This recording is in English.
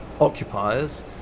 occupiers